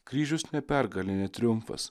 kryžius ne pergalė ne triumfas